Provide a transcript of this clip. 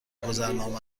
گذرنامه